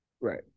Right